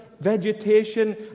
vegetation